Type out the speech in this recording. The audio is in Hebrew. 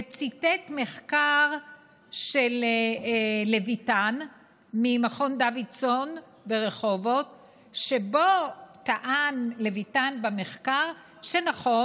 וציטט מחקר של לויתן ממכון דוידסון ברחובות שבו טען לויתן שנכון,